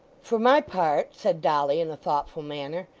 for my part said dolly, in a thoughtful manner,